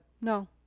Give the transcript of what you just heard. no